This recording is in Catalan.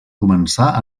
començà